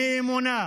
אני אמונה,